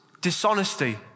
dishonesty